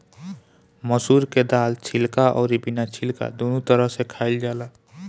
मसूर के दाल छिलका अउरी बिना छिलका दूनो तरह से खाइल जाला